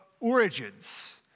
origins